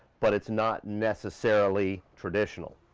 but it's not necessarily traditional.